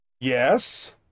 Yes